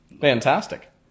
fantastic